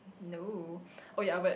no oh yea but